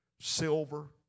silver